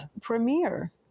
premiere